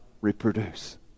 reproduce